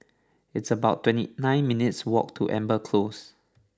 it's about twenty nine minutes' walk to Amber Close